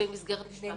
במסגרת משפט חוזר.